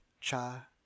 cha